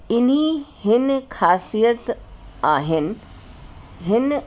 इन हिन ख़ासियत आहिनि हिन